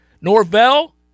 Norvell